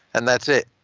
and that's it.